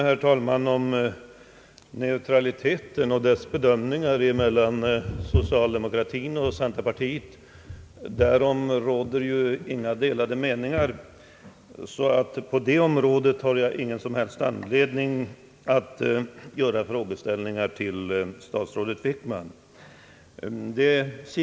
Herr talman! I fråga om socialdemokratins och centerpartiets syn på neutraliteten råder inga delade meningar, så på det området har jag inga frågor att ställa till statsrådet Wickman.